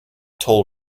toll